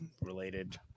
related